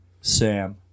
Sam